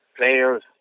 players